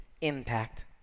impact